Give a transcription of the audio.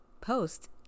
post